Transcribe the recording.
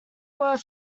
were